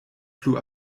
plu